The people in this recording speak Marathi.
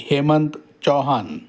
हेमंत चौहान